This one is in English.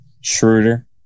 Schroeder